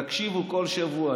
תקשיבו כל שבוע,